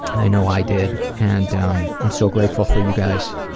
i know i did. and um i'm so grateful for you guys,